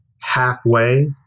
halfway